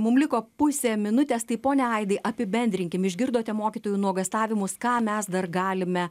mum liko pusę minutės tai pone aidai apibendrinkim išgirdote mokytojų nuogąstavimus ką mes dar galime